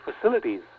facilities